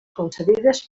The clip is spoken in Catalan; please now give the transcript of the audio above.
concedides